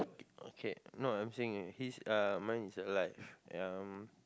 okay no I'm saying his uh mine is like um